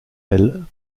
elle